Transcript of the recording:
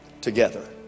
together